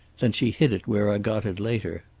then she hid it where i got it later.